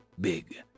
big